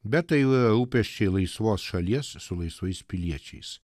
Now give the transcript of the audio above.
bet tai jau yra rūpesčiai laisvos šalies su laisvais piliečiais